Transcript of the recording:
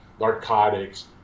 narcotics